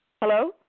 Hello